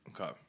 Okay